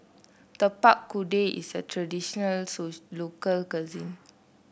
Tapak Kuda is a traditional so local cuisine